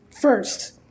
First